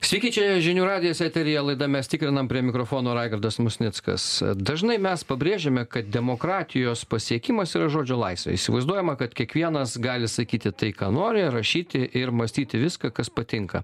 sveiki čia žinių radijas eteryje laida mes tikrinam prie mikrofono raigardas musnickas dažnai mes pabrėžiame kad demokratijos pasiekimas yra žodžio laisvė įsivaizduojama kad kiekvienas gali sakyti tai ką nori rašyti ir mąstyti viską kas patinka